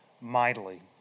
mightily